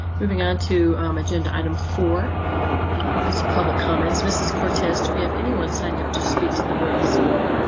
moving on to um agenda item four is a public comments mrs. cortez. do we have anyone signed up to speak to the board this evening?